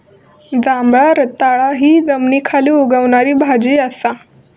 जांभळा रताळा हि जमनीखाली उगवणारी भाजी असा